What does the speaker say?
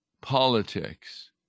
Politics